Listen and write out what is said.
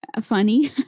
funny